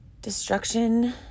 Destruction